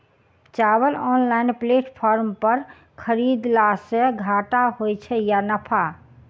चावल online platform पर खरीदलासे घाटा होइ छै या नफा?